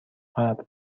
قبل